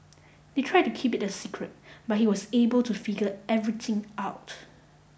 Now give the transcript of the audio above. they tried to keep it a secret but he was able to figure everything out